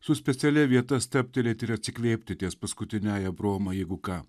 su specialia vieta stabtelėti ir atsikvėpti ties paskutiniąja broma jeigu ką